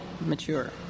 mature